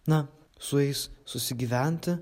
na su jais susigyventi